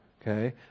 okay